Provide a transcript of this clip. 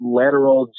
lateral